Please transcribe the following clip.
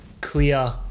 clear